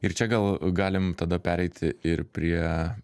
ir čia gal galim tada pereiti ir prie